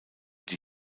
die